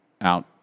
out